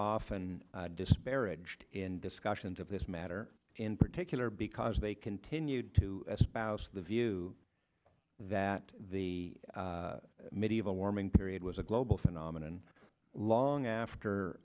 disparaged in discussions of this matter in particular because they continued to spouse the view that the medieval warming period was a global phenomenon long after